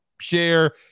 share